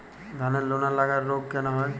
ধানের লোনা লাগা রোগ কেন হয়?